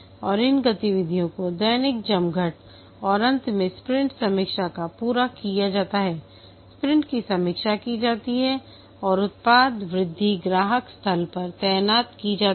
और इन गतिविधियों को दैनिक जमघट और अंत में स्प्रिंट समीक्षा पर पूरा किया जाता हैस्प्रिंट की समीक्षा की जाती है और उत्पाद वृद्धि ग्राहक स्थल पर तैनात की जाती है